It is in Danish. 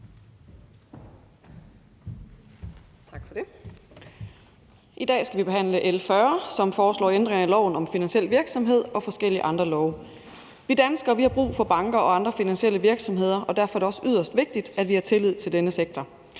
I dag skal vi behandle L 40, som foreslår ændring af loven om finansiel virksomhed og forskellige andre love. Vi danskere har brug for banker og andre finansielle virksomheder, og derfor er det også yderst vigtigt, at vi har tillid til denne sektor.